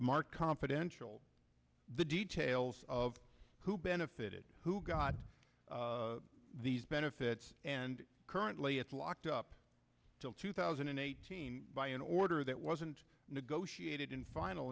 mark confidential the details of who benefited who got these benefits and currently it's locked up till two thousand and eighteen by an order that wasn't negotiated in final